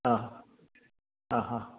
ആ ആ ഹ